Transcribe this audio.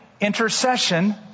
intercession